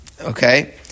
Okay